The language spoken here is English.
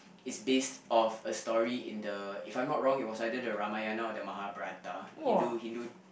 is based of a story in the if I'm not wrong it was either the Ramayana or the Mahabharata Hindu Hindu